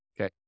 Okay